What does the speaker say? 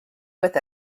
with